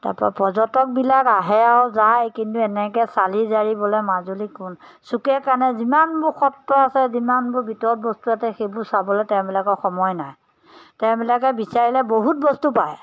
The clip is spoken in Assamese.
তাৰপৰা পৰ্যটকবিলাক আহে আৰু যায় কিন্তু এনেকৈ চালি জাৰিবলৈ মাজুলী কোন চুকে কোণে যিমানবোৰ সত্ৰ আছে যিমানবোৰ ভিতৰত বস্তু এটা সেইবোৰ চাবলৈ তেওঁবিলাকৰ সময় নাই তেওঁবিলাকে বিচাৰিলে বহুত বস্তু পায়